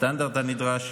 בסטנדרט הנדרש,